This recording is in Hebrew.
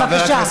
בבקשה.